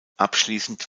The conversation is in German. abschließend